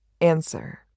Answer